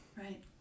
Right